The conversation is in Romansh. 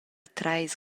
treis